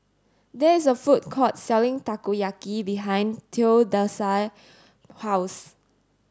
there is a food court selling Takoyaki behind Theodosia's house